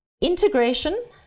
integration